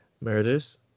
murders